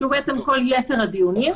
הוא כל יתר הדיונים.